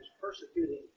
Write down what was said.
persecuting